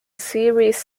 series